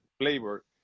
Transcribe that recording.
flavor